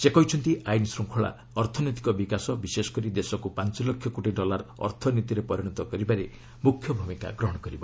ସେ କହିଛନ୍ତି ଆଇନ୍ ଶୃଙ୍ଖଳା' ଅର୍ଥନୈତିକ ବିକାଶ ବିଶେଷ କରି ଦେଶକ୍ର ପାଞ୍ଚ ଲକ୍ଷ କୋଟି ଡଲାର ଅର୍ଥନୀତିରେ ପରିଣତ କରିବାରେ ମୁଖ୍ୟ ଭୂମିକା ଗ୍ରହଣ କରିବ